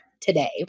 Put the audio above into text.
today